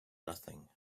nothing